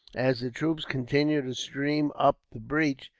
as the troops continued to stream up the breach,